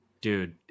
dude